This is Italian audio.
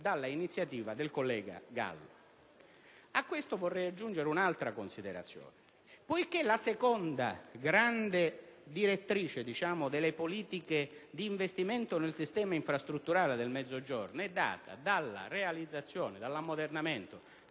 dall'iniziativa del collega Gallo. A ciò vorrei aggiungere un'altra considerazione, poiché la seconda grande direttrice delle politiche di investimento nel sistema infrastrutturale del Mezzogiorno è data dalla realizzazione e dall'ammodernamento